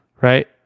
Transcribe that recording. Right